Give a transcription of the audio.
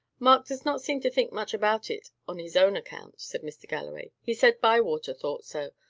mark does not seem to think much about it on his own account, said mr. galloway. he said bywater thought so,